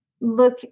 look